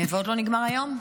ועוד לא נגמר היום.